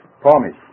promise